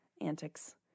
antics